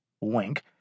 Wink